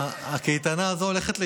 הקייטנה הזו הולכת להשתנות.